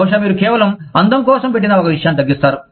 బహుశా మీరు కేవలం అందం కోసం పెట్టిన ఒక విషయాన్ని తగ్గిస్తారు